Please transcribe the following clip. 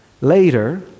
Later